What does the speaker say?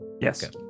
Yes